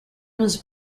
was